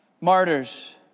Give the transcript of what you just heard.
martyrs